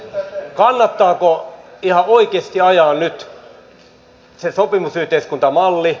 kannattaako nyt ihan oikeasti ajaa alas se sopimusyhteiskuntamalli